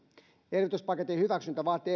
elvytyspaketin hyväksyntä vaatii